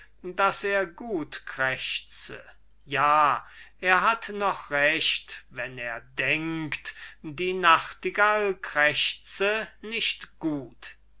daß er gut krächze er hat noch recht wenn er denkt die nachtigall krächze nicht gut